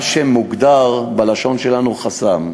מה שמוגדר בלשון שלנו חס"מ.